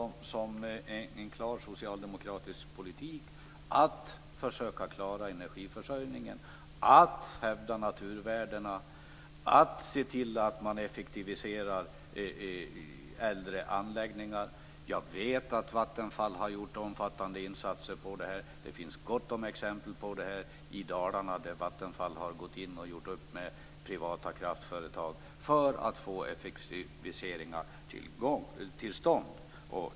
Fru talman! Jag ser det som en klar socialdemokratisk politik att försöka klara energiförsörjningen, att hävda naturvärdena och att se till att man effektiviserar äldre anläggningar. Jag vet att Vattenfall har gjort omfattande insatser här. Det finns gott om exempel på det i Dalarna, där Vattenfall har gått in och gjort upp med privata kraftföretag för att få effektiviseringar till stånd.